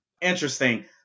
Interesting